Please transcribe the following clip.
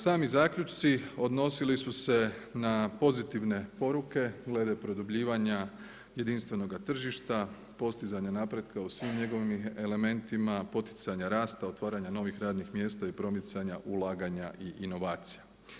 Sami zaključci odnosili su se na pozitivne poruke glede produbljivanja jedinstvenoga tržišta, postizanja napretka u svim njegovim elementima, poticanja rasta, otvaranja novih radnih mjesta i promicanja ulaganja i inovacija.